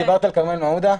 דיברת על כרמל מעודה.